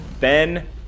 Ben